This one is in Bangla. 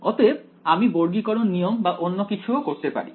অতএব আমি বর্গীকরণ নিয়ম বা অন্য কিছু ও করতে পারি